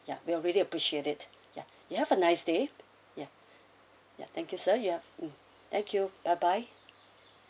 ya we were really appreciate it yeah you have a nice day yeah yeah thank you sir you have mm thank you bye bye